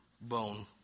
bone